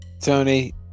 Tony